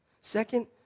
Second